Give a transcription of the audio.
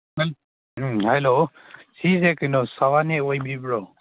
ꯍꯥꯏꯂꯣ ꯁꯤꯁꯦ ꯀꯩꯅꯣ ꯁꯣꯚꯥꯅꯤ ꯑꯣꯏꯕꯤꯕ꯭ꯔꯣ